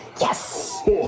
Yes